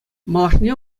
малашне